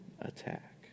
attack